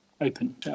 open